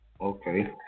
Okay